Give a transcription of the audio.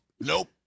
nope